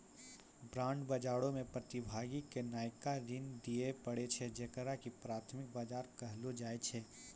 bond बजारो मे प्रतिभागी के नयका ऋण दिये पड़ै छै जेकरा की प्राथमिक बजार कहलो जाय छै